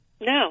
No